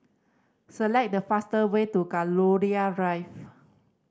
select the fastest way to Gladiola Drive